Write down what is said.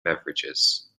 beverages